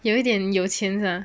有一点有钱人